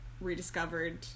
rediscovered